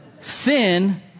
Sin